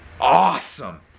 awesome